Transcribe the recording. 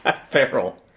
Feral